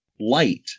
light